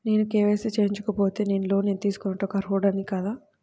నేను కే.వై.సి చేయించుకోకపోతే నేను లోన్ తీసుకొనుటకు అర్హుడని కాదా?